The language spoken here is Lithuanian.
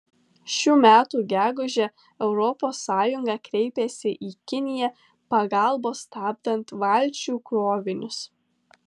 šių metų gegužę europos sąjunga kreipėsi į kiniją pagalbos stabdant valčių krovinius